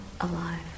alive